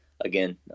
again